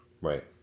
Right